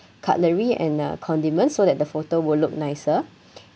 cutlery and uh condiment so that the photo will look nicer